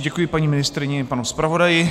Děkuji paní ministryni i panu zpravodaji.